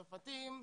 צרפתים,